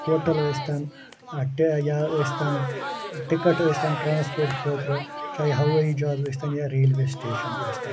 hotel ٲستن ٹہ یا ٲستن ٹکٹ ٲستن ٹرٛانسپوٹ خٲطرٕ چاہیے ہوٲیی جہاز ٲستن یا ریلوے سِٹیٚشن ٲستن